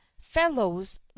fellows